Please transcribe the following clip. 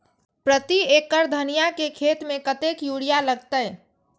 प्रति एकड़ धनिया के खेत में कतेक यूरिया लगते?